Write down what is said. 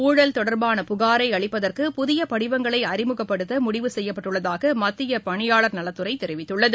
ஊழல் தொடர்பான புகாரை அளிப்பதற்கு புதிய படிவங்களை அறிமுகப்படுத்த முடிவு செய்யப்பட்டுள்ளதாக மத்திய பணியாளா் நலத்துறை தெரிவித்துள்ளது